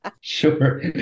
Sure